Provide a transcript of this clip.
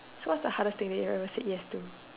so what's the hardest thing that you ever said yes to